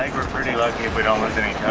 think we're pretty lucky if we don't lose any